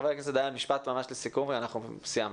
חבר הכנסת דיין, משפט ממש לסיכום, אנחנו סיימנו.